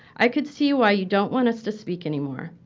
i can see why you don't want us to speak anymore.